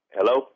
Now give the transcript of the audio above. Hello